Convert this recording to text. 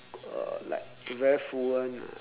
uh like very fluent ah